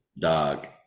dog